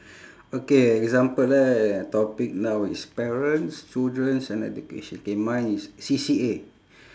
okay example eh topic now is parents children and education okay mine is C_C_A